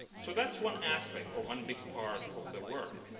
so that's one aspect or one big part of the work.